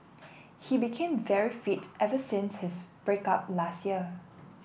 he became very fit ever since his break up last year